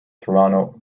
toronto